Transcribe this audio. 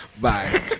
Bye